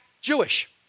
Jewish